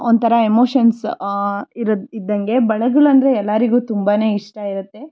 ಒಂಥರ ಎಮೋಷನ್ಸ್ ಇರ್ ಇದ್ದಂಗೆ ಬಳೆಗಳೆಂದ್ರೆ ಎಲ್ಲರಿಗು ತುಂಬಾ ಇಷ್ಟ ಇರುತ್ತೆ